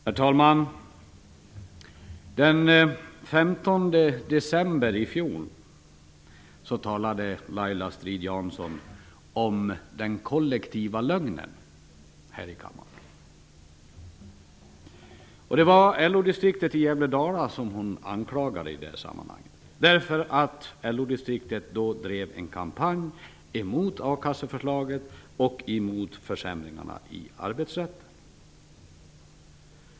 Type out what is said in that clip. Herr talman! Den 15 december i fjol talade Laila Strid-Jansson om den kollektiva lögnen här i kammaren. Det var LO-distriktet i Gävle-Dala som hon anklagade, därför att distriktet då drev en kampanj emot a-kasseförslaget och emot försämringarna i arbetsrätten.